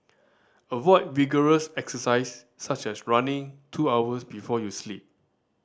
avoid vigorous exercise such as running two hours before you sleep